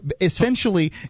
Essentially